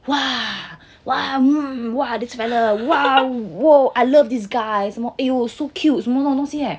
!wah! !wah! !wah! mmhmm !wah! I love this feather !wah! so cute 这种东西 eh